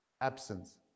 absence